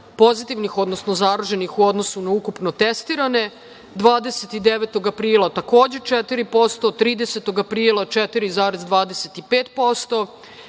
pozitivnih, odnosno zaraženih u odnosu na ukupno testirane, 29. aprila takođe 4%, 30. aprila 4,25%,